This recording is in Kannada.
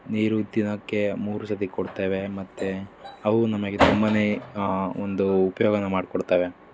ನೀರು ದಿನಕ್ಕೆ ಮೂರು ಸರ್ತಿ ಕೊಡ್ತೇವೆ ಮತ್ತು ಅವು ನಮಗೆ ತುಂಬಾ ಒಂದು ಉಪಯೋಗವನ್ನ ಮಾಡಿಕೊಡ್ತವೆ